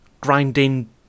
grinding